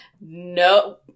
No